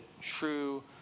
true